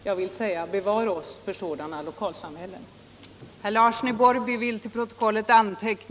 Jag vill då säga: Bevare oss för sådana lokalsamhällen.